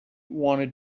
wanted